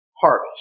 harvest